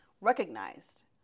recognized